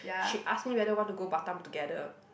she asked me whether want to go Batam together